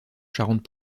charentes